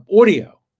audio